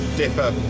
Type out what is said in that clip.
dipper